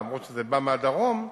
אף שזה בא מהדרום,